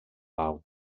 pau